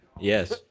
Yes